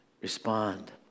respond